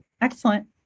Excellent